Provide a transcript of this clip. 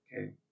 okay